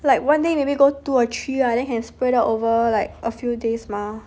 like one day maybe go two or three lah then can spread out over like a few days mah